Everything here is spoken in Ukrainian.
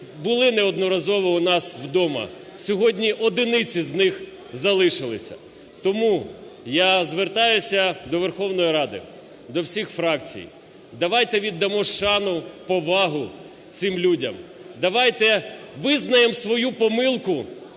були неодноразово у нас вдома. Сьогодні одиниці з них залишилися. Тому я звертаюся до Верховної Ради, до всіх фракцій: давайте віддамо шану, повагу цим людям, давайте визнаємо свою помилку